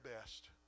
best